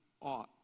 ought